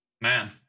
Man